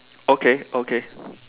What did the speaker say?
okay okay